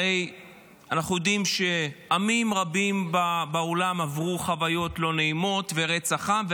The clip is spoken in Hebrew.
הרי אנחנו יודעים שעמים רבים בעולם עברו חוויות לא נעימות ורצח עם,